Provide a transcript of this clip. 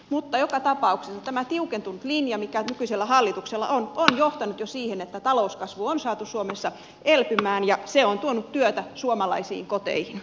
mutta joka tapauksessa tämä tiukentunut linja mikä nykyisellä hallituksella on on johtanut jo siihen että talouskasvu on saatu suomessa elpymään ja se on tuonut työtä suomalaisiin koteihin